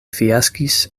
fiaskis